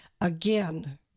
Again